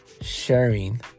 sharing